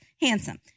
handsome